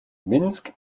minsk